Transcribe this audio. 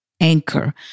anchor